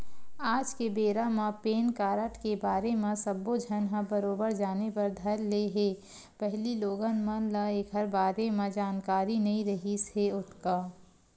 आज के बेरा म पेन कारड के बारे म सब्बो झन ह बरोबर जाने बर धर ले हे पहिली लोगन मन ल ऐखर बारे म जानकारी नइ रिहिस हे ओतका